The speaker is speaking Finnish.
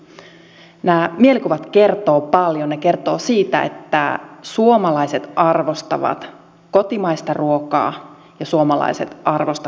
nämä mielikuvat kertovat paljon ne kertovat siitä että suomalaiset arvostavat kotimaista ruokaa ja suomalaiset arvostavat maaseutua